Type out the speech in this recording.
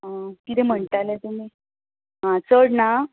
कितें म्हणटाले तुमी आं चड ना